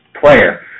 player